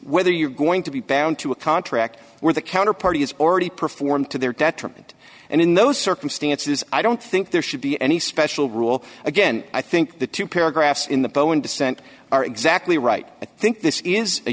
whether you're going to be bound to a contract where the counterparty is already performed to their detriment and in those circumstances i don't think there should be any special rule again i think the two paragraphs in the poem dissent are exactly right i think this is a